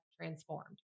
transformed